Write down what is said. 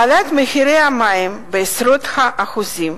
העלאת מחירי המים בעשרות אחוזים